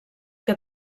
que